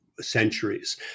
centuries